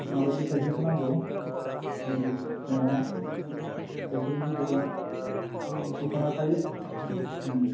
माबायदि साइखेल खौ नांगौ लेदिस दङ साइखेल गिदिर दं दखाना थायो